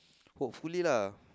hopefully lah